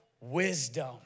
wisdom